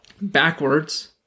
backwards